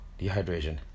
dehydration